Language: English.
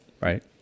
right